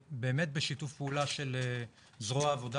בשיתוף פעולה של זרוע העבודה